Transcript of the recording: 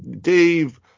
dave